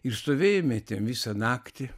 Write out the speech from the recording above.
ir stovėjome ten visą naktį